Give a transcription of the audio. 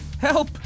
help